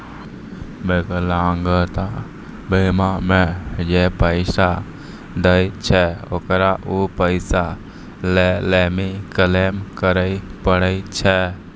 विकलांगता बीमा मे जे पैसा दै छै ओकरा उ पैसा लै लेली क्लेम करै पड़ै छै